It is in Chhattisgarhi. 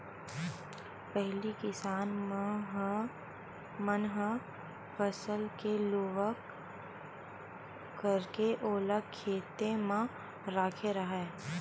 पहिली किसान मन ह फसल के लुवई करके ओला खेते म राखे राहय